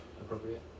appropriate